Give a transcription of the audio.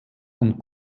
und